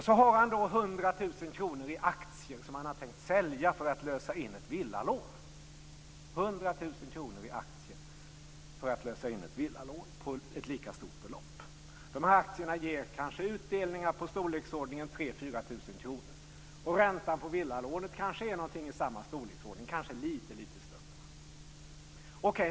Så har han 100 000 kr i aktier som han har tänkt sälja för att lösa in ett villalån på ett lika stort belopp. De här aktierna ger kanske utdelningar på i storleksordningen 3 000-4 000 kr. Räntan på villalånet är kanske någonting liknande, kanske lite större.